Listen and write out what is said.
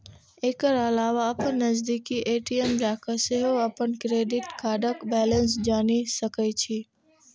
एकर अलावा अपन नजदीकी ए.टी.एम जाके सेहो अपन क्रेडिट कार्डक बैलेंस जानि सकै छी